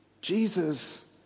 Jesus